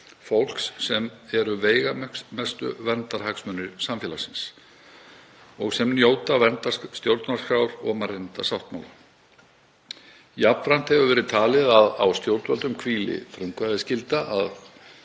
fólks sem eru veigamestu verndarhagsmunir samfélagsins og njóta verndar stjórnarskrár og mannréttindasáttmála. Jafnframt hefur verið talið að á stjórnvöldum hvíli frumkvæðisskylda að